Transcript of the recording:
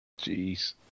Jeez